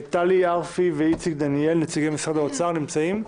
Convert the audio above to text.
טלי ארפי ואיציק דניאל, נציגי משרד האוצר, נמצאים?